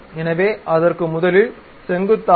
எனவே அதற்கு முதலில் செங்குத்தாக